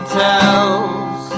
tells